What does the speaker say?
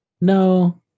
no